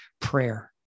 Prayer